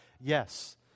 Yes